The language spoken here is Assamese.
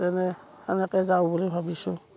তেনে সেনেকৈ যাওঁ বুলি ভাবিছোঁ